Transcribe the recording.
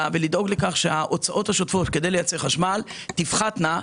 ולדאוג לכך שההוצאות השוטפות לייצור חשמל תפחתנה,